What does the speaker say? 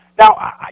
Now